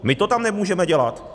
My to tam nemůžeme dělat.